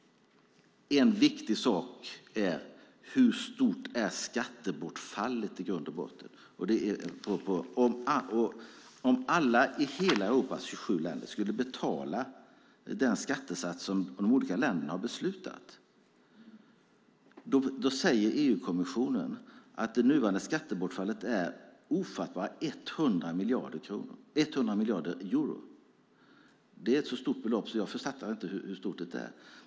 En viktig sak är hur stort skattebortfallet är om man utgår från de skattesatser som alla EU:s 27 länder har beslutat om. EU-kommissionen säger att det nuvarande skattebortfallet är ofattbara 100 miljarder euro. Jag förstår inte hur stort detta belopp är.